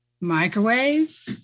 microwave